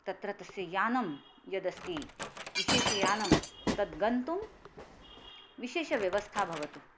तत्र तस्य यानं यदस्ति विशेषयानं तद्गन्तुं विशेषव्यवस्था भवतु